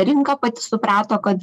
rinka pati suprato kad